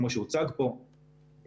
כמו שהוצג פה,